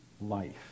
life